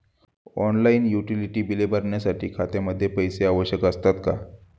Online utility बिले भरण्यासाठी खात्यामध्ये पैसे आवश्यक असतात का?